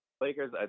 Lakers